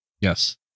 Yes